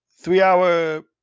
three-hour